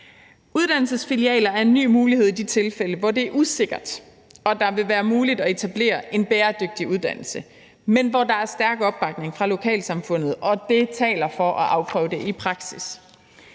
Uddannelsesfilialer er en ny mulighed i de tilfælde, hvor det er usikkert, og hvor det vil være muligt at etablere en bæredygtig uddannelse, men hvor der er en stærk opbakning fra lokalsamfundet og det taler for at afprøve det i praksis.